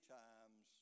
times